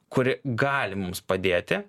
kuri gali mums padėti